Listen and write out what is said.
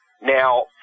now